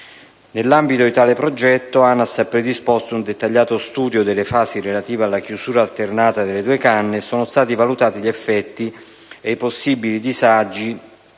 Nell'ambito di tale progetto, ANAS ha predisposto un dettagliato studio delle fasi relative alla chiusura alternata delle due canne e sono stati valutati gli effetti e i possibili disagi